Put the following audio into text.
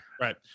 Right